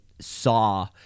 saw